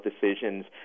decisions